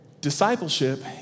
discipleship